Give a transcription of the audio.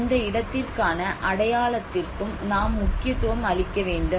அந்த இடத்திற்கான அடையாளத்திற்கும் நாம் முக்கியத்துவம் அளிக்க வேண்டும்